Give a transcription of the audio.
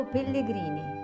Pellegrini